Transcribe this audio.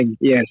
Yes